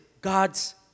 God's